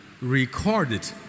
recorded